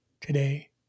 today